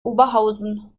oberhausen